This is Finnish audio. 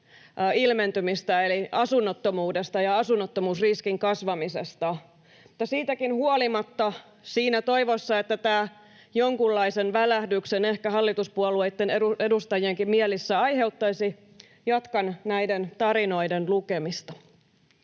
ilmentymistä eli asunnottomuudesta ja asunnottomuusriskin kasvamisesta. Mutta siitäkin huolimatta siinä toivossa, että tämä jonkunlaisen välähdyksen ehkä hallituspuolueitten edustajienkin mielissä aiheuttaisi, jatkan näiden tarinoiden lukemista.